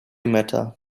matter